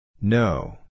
No